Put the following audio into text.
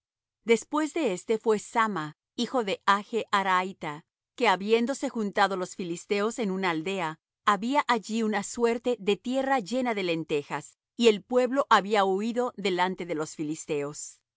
después de éste fué samma hijo de age araita que habiéndose juntado los filisteos en una aldea había allí una suerte de tierra llena de lentejas y el pueblo había huído delante de los filisteos el